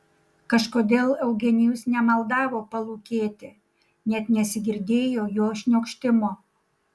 kažkodėl eugenijus nemaldavo palūkėti net nesigirdėjo jo šniokštimo